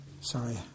Sorry